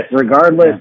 regardless